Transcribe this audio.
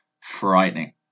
frightening